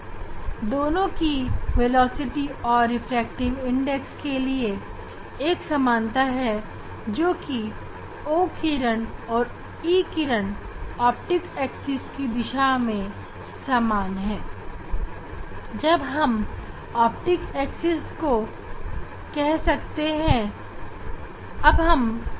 इन दोनों के बीच यह एक समानता है कि ऑप्टिक एक्सिस की दिशा में O किरण और E किरण की वेलोसिटी और रिफ्रैक्टिव इंडेक्स समान है और इस विशेषता का प्रयोग करके हम ऑप्टिक्स एक्सिस को परिभाषित कर सकते हैं